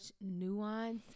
nuance